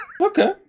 Okay